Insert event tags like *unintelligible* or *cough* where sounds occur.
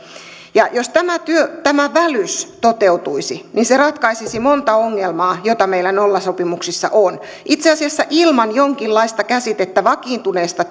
jos tämä välys toteutuisi se ratkaisisi monta ongelmaa joita meillä nollasopimuksissa on itse asiassa ilman jonkinlaista käsitettä vakiintuneesta *unintelligible*